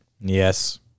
Yes